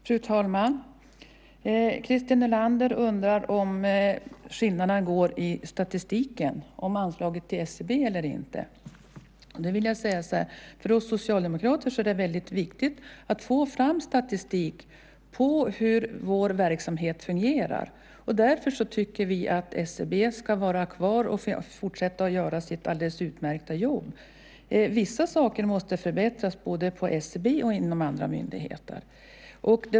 Fru talman! Christer Nylander undrar om skillnaden i anslaget till SCB går i statistik eller inte. Då vill jag säga att för oss socialdemokrater är det väldigt viktigt att få fram statistik på hur vår verksamhet fungerar. Därför tycker vi att SCB ska finnas kvar och fortsätta att göra sitt alldeles utmärkta jobb. Vissa saker måste förbättras både på SCB och inom andra myndigheter.